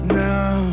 now